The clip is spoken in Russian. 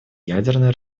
ядерное